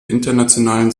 internationalen